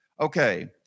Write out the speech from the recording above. Okay